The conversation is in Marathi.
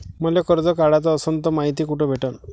मले कर्ज काढाच असनं तर मायती कुठ भेटनं?